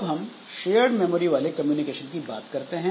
अब हम shared memory वाले कम्युनिकेशन की बात करते हैं